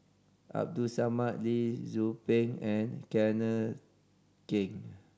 Abdul Samad Lee Tzu Pheng and Kenneth Keng